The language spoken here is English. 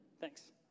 Thanks